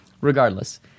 Regardless